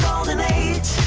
golden age